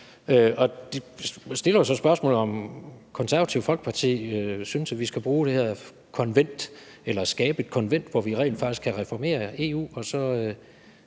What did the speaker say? og det stiller jo så spørgsmålet, om Det Konservative Folkeparti synes, at vi skal bruge det her konvent eller skabe et konvent, hvor vi rent faktisk kan reformere EU og sørge